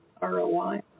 ROI